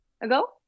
ago